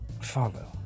follow